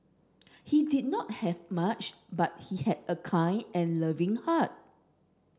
he did not have much but he had a kind and loving heart